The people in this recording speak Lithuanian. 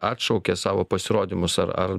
atšaukė savo pasirodymus ar ar